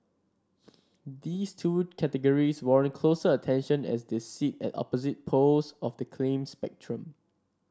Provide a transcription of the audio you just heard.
these two categories warrant closer attention as they sit at opposite poles of the claim spectrum